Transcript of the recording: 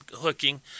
hooking